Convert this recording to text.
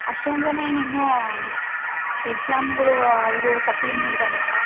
ಅಷ್ಟೊಂದು ಜನ ಏನೂ ಇನ್ನೂ ಎಕ್ಸಾಮ್ಗಳು ಅವರು ಸಪ್ಲಿ ಇನ್ನೂ ಇದ್ದಾವಲ್ಲ